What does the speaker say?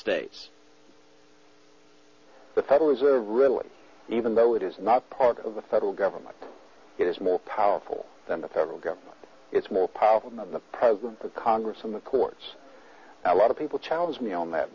states the federal reserve really even though it is not part of the federal government it is more powerful than the federal government it's more powerful than the congress and the courts a lot of people challenge me on that